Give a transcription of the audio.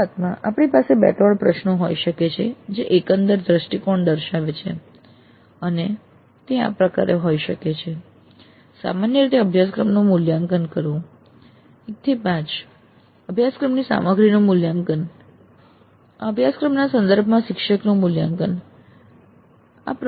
શરૂઆતમાં આપણી પાસે 2 3 પ્રશ્નો હોઈ શકે છે જે એકંદર દૃષ્ટિકોણ દર્શાવે છે અને તે આ પ્રકારે હોઈ શકે છે સામાન્ય રીતે અભ્યાસક્રમનું મૂલ્યાંકન કરો 1 થી 5 અભ્યાસક્રમની સામગ્રીનું મૂલ્યાંકન કરો આ અભ્યાસક્રમના સંદર્ભમાં શિક્ષકનું મૂલ્યાંકન કરો